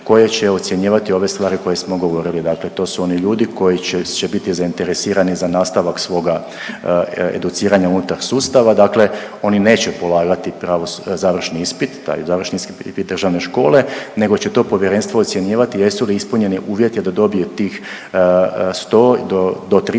koje će ocjenjivati ove stvari koje smo govorili, dakle to su oni ljudi koji će biti zainteresirani za nastavak svoga educiranja unutar sustava, dakle oni neće polagati završni ispit, taj završni ispit državne škole nego će to povjerenstvo ocjenjivati jesu li ispunjeni uvjeti da dobije tih 100 do 300